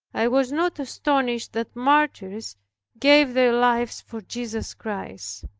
i was not astonished that martyrs gave their lives for jesus christ.